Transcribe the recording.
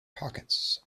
pockets